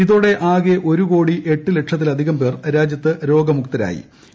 ഇതോടെ ആകെ ഒരു കോടി എട്ട് ലക്ഷത്തിലധികം പേർ രാജ്യത്ത് രോഗമുക്തരായതായി